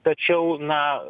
tačiau na